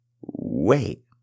wait